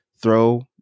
throw